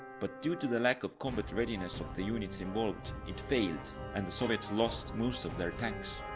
but due to the lack of combat readiness of the units involved, it failed and the soviets lost most of their tanks.